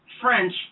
French